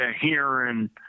hearing